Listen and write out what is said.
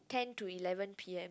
ten to eleven P_M